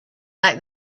back